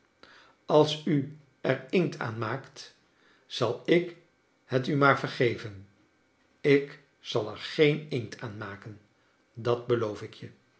als u er inkt aan maakt zal ik het u maar verge ven ik zal er geen inkt aan maken dat beloof ik je